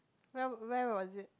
where where was it